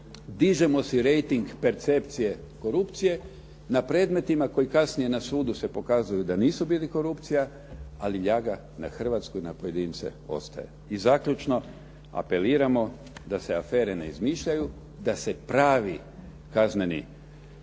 dižemo si reiting percepcije korupcije na predmetima koji kasnije na sudu se pokazuju da nisu bili korupcija ali jaga na Hrvatskoj, na pojedince ostaje. I zaključno, apeliramo da se afere ne izmišljaju, da se pravi kazneni